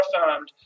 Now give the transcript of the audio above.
affirmed